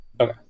Okay